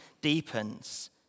deepens